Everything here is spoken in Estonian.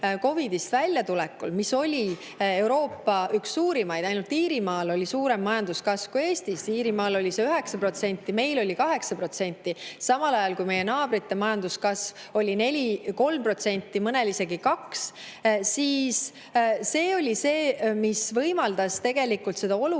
COVID-ist väljatulekul – see oli Euroopa üks suurimaid, ainult Iirimaal oli suurem majanduskasv kui Eestis, Iirimaal oli see 9%, meil oli 8%, samal ajal, kui meie naabrite majanduskasv oli 4%, 3%, mõnel isegi 2% –, oli meil võimalus tegelikult seda olukorda